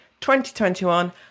2021